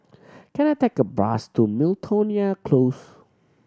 can I take a bus to Miltonia Close